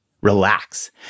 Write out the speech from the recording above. relax